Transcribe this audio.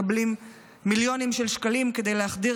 מקבלים מיליונים של שקלים כדי להחדיר